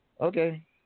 Okay